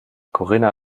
corinna